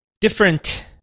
different